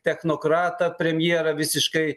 technokratą premjerą visiškai